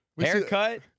Haircut